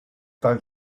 tan